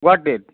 গুৱাহাটীত